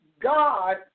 God